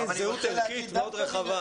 אבל זהות ערכית היא מאוד רחבה.